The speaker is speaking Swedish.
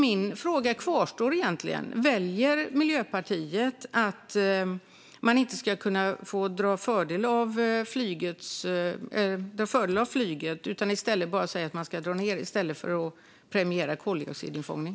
Min fråga kvarstår: Anser Miljöpartiet att man inte ska kunna dra fördel av flyget utan i stället bara säga att man ska dra ned på det, i stället för att premiera koldioxidinfångning?